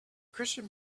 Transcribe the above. christian